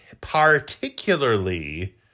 particularly